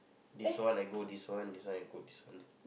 this one I go this one this one I go this one